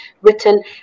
written